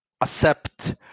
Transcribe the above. accept